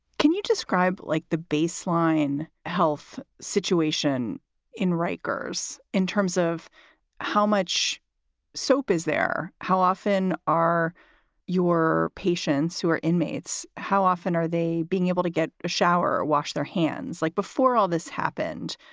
can you describe like the baseline health situation in rikers in terms of how much soap is there? how often are your patients who are inmates? how often are they being able to get a shower or wash their hands like before all this happened?